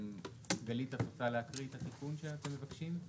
גלית את רוצה להקריא את התיקון שאתם מבקשים?